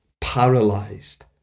paralyzed